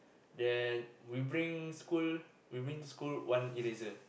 then we bring school we will bring to school one eraser